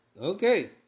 okay